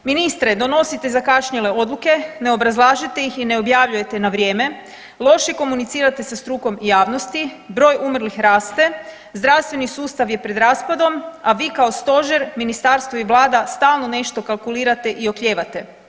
Ministre donosite zakašnjele odluke, ne obrazlažete ih i ne objavljujete na vrijeme, loše komunicirate sa strukom i javnosti, broj umrlih raste, zdravstveni sustav je pred raspadom, a vi kao stožer, ministarstvo i vlada stalno nešto kalkulirate i oklijevate.